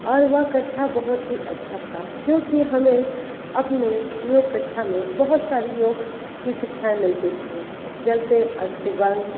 और वह कक्षा बहुत ही अच्छा था क्योंकि हमें अपने योग कक्षा में बहुत सारी योग की शिक्षाएँ मिलती थी जैसे